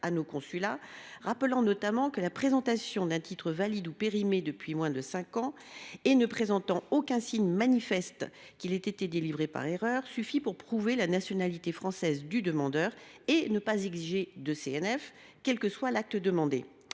à nos consulats rappelant notamment que la présentation d’un titre valide ou périmé depuis moins de cinq ans et ne présentant aucun signe manifeste qu’il ait été délivré par erreur suffit pour prouver la nationalité française du demandeur et ne pas exiger de CNF, quel que soit l’acte demandé.